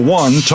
one